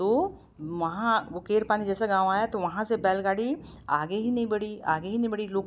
तो वहाँ वो केरपानी जैसा गाँव आया तो वहाँ से बैल गाड़ी आगे ही नहीं बढ़ी आगे ही नहीं बढ़ी लोग कितनी